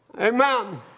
Amen